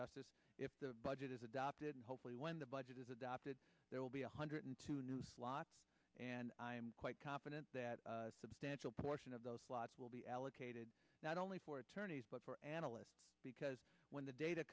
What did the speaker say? justice if the budget is adopted hopefully when the budget is adopted there will be one hundred two new slots and i'm quite confident that substantial portion of those slots will be allocated not only for attorneys but for analysts because when the data